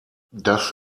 das